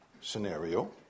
scenario